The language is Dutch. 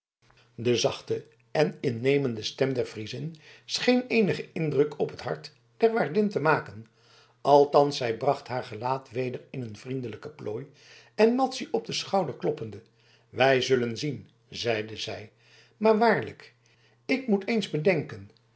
de zachte en innemende stem der friezin scheen eenigen indruk op het hart der waardin te maken althans zij bracht haar gelaat weder in een vriendelijke plooi en madzy op den schouder kloppende wij zullen zien zeide zij maar waarlijk ik moet eens bedenken